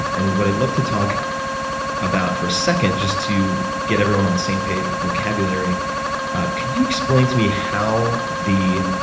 and what i'd love to talk about for a second, just to get everyone on the same page with vocabulary could you explain to me how the